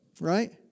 right